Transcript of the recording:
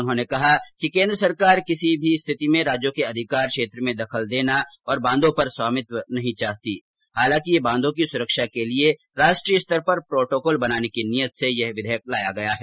उन्होंने कहा कि केन्द्र सरकार किसी स्थिति में राज्यों र्क अधिकार क्षेत्र में दखल देना और बांधों पर स्वामित्व नहीं चाहती हालांकि वह बांधों की सुरक्षा के लिए राष्ट्रीय स्तर पर प्रोटोकोल बनाने की नीयत से यह विधेयक लाई है